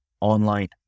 online